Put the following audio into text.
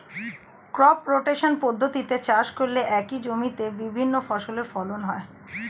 crop rotation পদ্ধতিতে চাষ করলে একই জমিতে বিভিন্ন ফসলের ফলন হয়